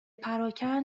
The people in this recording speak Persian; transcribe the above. پراکن